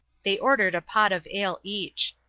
they ordered a pot of ale each.